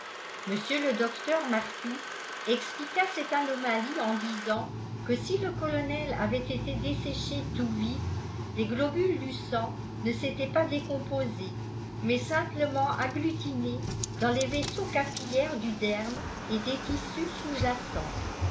mr le docteur martout expliqua cette anomalie en disant que si le colonel avait été desséché tout vif les globules du sang ne s'étaient pas décomposés mais simplement agglutinés dans les vaisseaux capillaires du derme et des tissus sous jacents